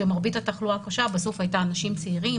שמרבית התחלואה הקשה בסוף הייתה של אנשים צעירים,